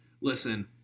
Listen